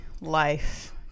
life